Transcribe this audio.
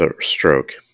stroke